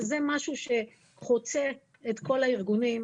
שזה משהו שחוצה את כל הארגונים.